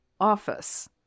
office